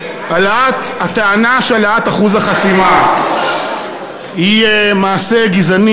הטענה שהעלאת אחוז החסימה היא מעשה גזעני